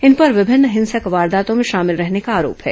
इन पर विभिन्न हिंसक वारदातों में शामिल रहने का आरोप है